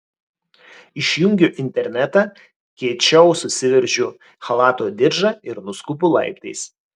išjungiu internetą kiečiau susiveržiu chalato diržą ir nuskubu laiptais